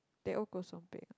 Teh O kosong peng ah